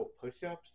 push-ups